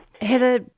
Heather